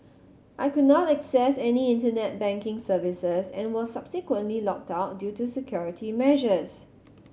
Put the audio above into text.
I could not access any Internet banking services and was subsequently locked out due to security measures